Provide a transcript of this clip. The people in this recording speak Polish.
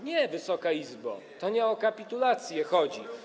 Nie, Wysoka Izbo, to nie o kapitulację chodzi.